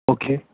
okay